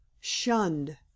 shunned